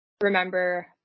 remember